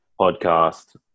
podcast